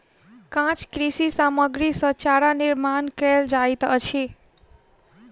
काँच कृषि सामग्री सॅ चारा निर्माण कयल जाइत अछि